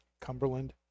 cumberland